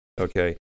okay